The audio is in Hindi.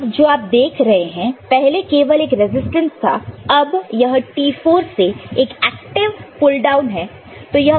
यहां जो आप देख रहे पहले केवल एक रजिस्टेंस था अब यह T4 से एक एक्टिव पुल डाउन है